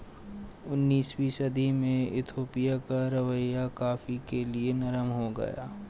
उन्नीसवीं सदी में इथोपिया का रवैया कॉफ़ी के लिए नरम हो गया